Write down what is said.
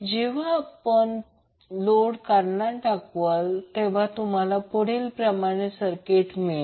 जेव्हा तुम्ही लोड काढून टाकणार तेव्हा तुम्हाला सर्किट कसे मिळेल